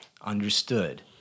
Understood